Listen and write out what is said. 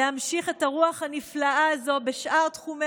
להמשיך את הרוח הנפלאה הזאת בשאר תחומי